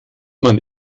man